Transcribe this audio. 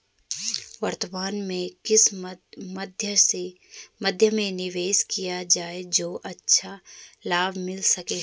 वर्तमान में किस मध्य में निवेश किया जाए जो अच्छा लाभ मिल सके?